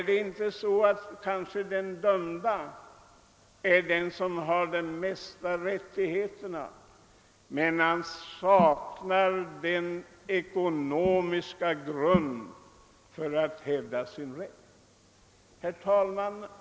Kan inte den dömde vara den som har mest rätt fastän den ekonomiska grunden saknas för hävdandet av rätten. Herr talman!